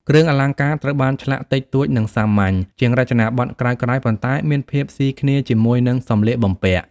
គ្រឿងអលង្ការត្រូវបានឆ្លាក់ តិចតួច និងសាមញ្ញ ជាងរចនាបថក្រោយៗ ប៉ុន្តែមានភាពស៊ីគ្នាជាមួយនឹងសម្លៀកបំពាក់។